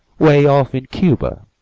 way off in cuba.